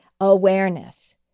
Awareness